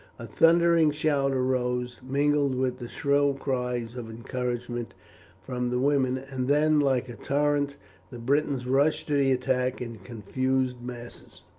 a thundering shout arose, mingled with the shrill cries of encouragement from the women, and then like a torrent the britons rushed to the attack in confused masses,